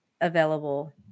available